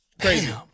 Crazy